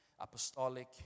apostolic